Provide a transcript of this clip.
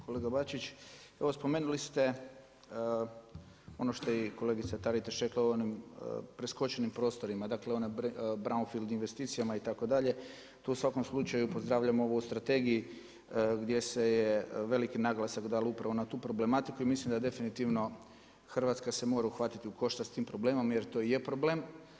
Kolega Bačić, evo spomenuli ste ono što je i kolegica Taritaš rekla o onim preskočenim prostorima, dakle o brownfiled investicijama itd., tu su u svakom slučaju pozdravljam ovo u strategiji gdje se je veliki naglasak dalo upravo na tu problematiku i mislim da definitivno Hrvatska se mora uhvatiti u koštac s tim problemom jer to je problem.